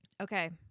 okay